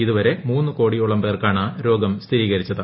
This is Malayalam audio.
ഇതുവരെ ്മൂന്ന് കോടിയോളം പേർക്കാണ് രോഗം സ്ഥിരീകരിച്ചത്